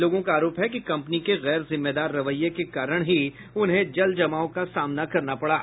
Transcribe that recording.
लोगों का आरोप है कि कंपनी के गैर जिम्मेदार रवैये के कारण ही उन्हें जल जमाव का सामना करना पड़ा